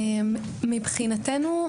מבחינתנו,